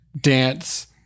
Dance